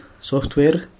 software